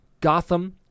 Gotham